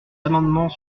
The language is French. amendements